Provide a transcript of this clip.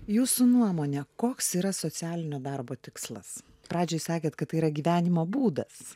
jūsų nuomone koks yra socialinio darbo tikslas pradžiai sakėte kad tai yra gyvenimo būdas